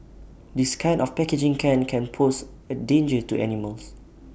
this kind of packaging can can pose A danger to animals